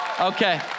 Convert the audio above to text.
okay